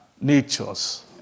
natures